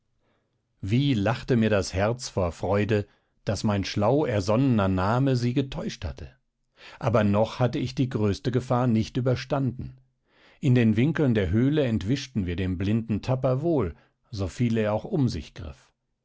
wie lachte mir das herz vor freude daß mein schlau ersonnener name sie getäuscht hatte aber noch hatte ich die größte gefahr nicht überstanden in den winkeln der höhle entwischten wir dem blinden tapper wohl so viel er auch um sich griff